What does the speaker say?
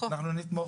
ואנחנו נתמוך.